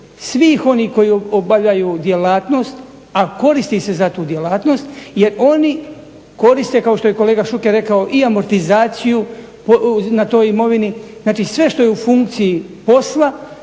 svih onih koji obavljaju djelatnost, a koristi se za tu djelatnost jer oni koriste kao što je kolega Šuker rekao i amortizaciju na toj imovini. Znači sve što je u funkciji posla